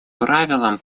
правилам